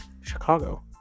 Chicago